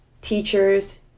teachers